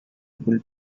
able